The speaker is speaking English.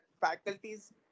faculties